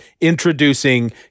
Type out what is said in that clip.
introducing